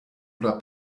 oder